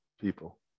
people